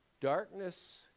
darkness